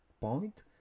point